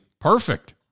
Perfect